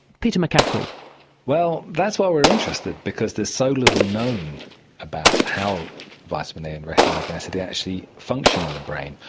peter mccaffery well, that's why we're interested because there's so little known about how vitamin a and retinoic acid actually function in the brain.